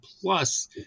plus